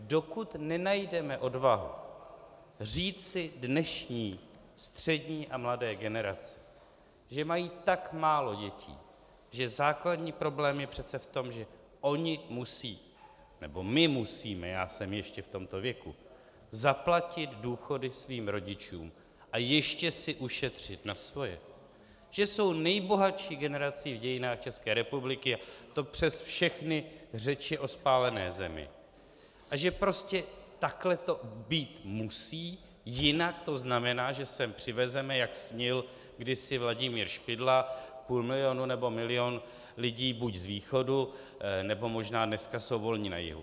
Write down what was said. Dokud nenajdeme odvahu říci dnešní střední a mladé generaci, že mají tak málo dětí, že základní problém je přece v tom, že oni musí, nebo my musíme, já jsem ještě v tomto věku, zaplatit důchody svým rodičům a ještě si ušetřit na svoje, že jsou nejbohatší generací v dějinách České republiky, a to přes všechny řeči o spálené zemi, a že prostě takhle to být musí, jinak to znamená, že sem přivezeme, jak snil kdysi Vladimír Špidla, půl milionu nebo milion lidí buď z východu, nebo možná dneska jsou volně na jihu.